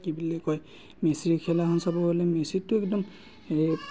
কি বুলি কয় মেছীৰ খেলাখন চাব গ'লে মেছীকতো একদম